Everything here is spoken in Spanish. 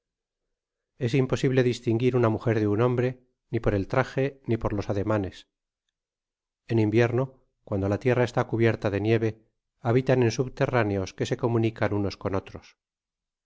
es imposible distinguir una mujer de un hombre ni por el traje ni por los adeuanes en invierno cuando la tierra está cubierta de nieve habitan an subterráneos que se eomawfiau unos cot otrosí